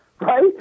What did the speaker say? right